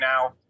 now